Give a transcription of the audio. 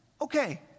okay